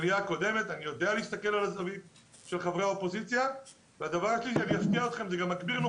יודע להסתכל על הזווית הזאת של חברי האופוזיציה.